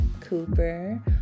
cooper